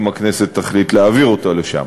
אם הכנסת תחליט להעביר אותו לשם.